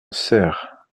serres